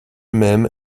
même